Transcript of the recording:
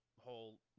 whole